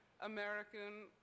American